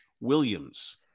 Williams